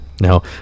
Now